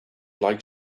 like